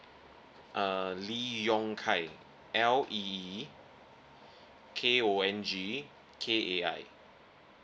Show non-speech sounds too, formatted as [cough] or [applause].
uh lee yong kai L E E [breath] K O N G K A I